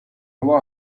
how